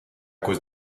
cause